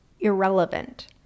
irrelevant